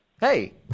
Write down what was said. hey